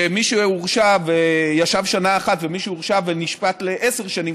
מי שהורשע וישב שנה אחת ומי שהורשע ונשפט לעשר שנים,